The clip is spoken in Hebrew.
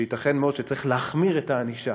שייתכן מאוד שצריך להחמיר את הענישה